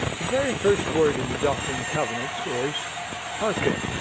the very first word in the doctrine and covenants is hearken.